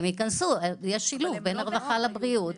הם ייכנסו, יהיה שילוב בין הרווחה לבריאות.